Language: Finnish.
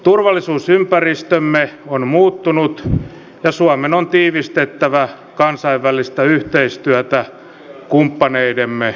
turvallisuusympäristömme on muuttunut ja suomen on tiivistettävä kansainvälistä yhteistyötä kumppaneidemme kanssa